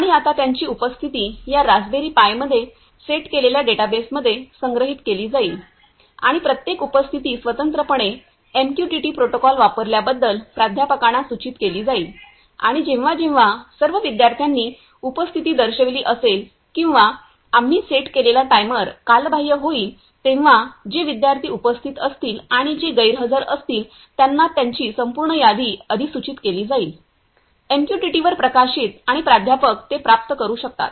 आणि आता त्यांची उपस्थिती या रास्पबेरी पाई मध्ये सेट केलेल्या डेटाबेसमध्ये संग्रहित केली जाईल आणि प्रत्येक उपस्थिती स्वतंत्रपणे एमक्यूटीटी प्रोटोकॉल वापरल्याबद्दल प्राध्यापकांना सूचित केली जाईल आणि जेव्हा जेव्हा सर्व विद्यार्थ्यांनी उपस्थिती दर्शविली असेल किंवा आम्ही सेट केलेला टाइमर कालबाह्य होईल तेव्हा जे विद्यार्थी उपस्थित असतील आणि जे गैरहजर असतील त्यांना त्यांची संपूर्ण यादी अधिसूचित केली जाईल एमक्यूटीटी वर प्रकाशित आणि प्राध्यापक ते प्राप्त करू शकतात